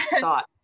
thought